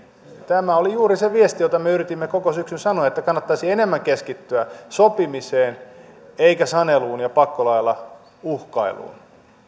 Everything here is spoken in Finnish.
tämä oli juuri se viesti jota me yritimme koko syksyn sanoa että kannattaisi enemmän keskittyä sopimiseen eikä saneluun ja pakkolailla uhkailuun